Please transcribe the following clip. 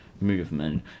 movement